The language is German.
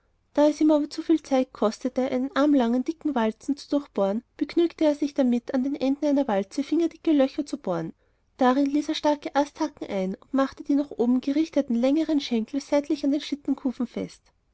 da es ihm aber zu viel zeit gekostet hätte die armlangen dicken walzen zu durchbohren begnügte er sich damit an den enden einer walze fingerdicke löcher zu bohren darin ließ er starke asthaken ein und machte die nach oben gerichteten längeren schenkel seitlich an den schlittenkufen fest